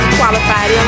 qualified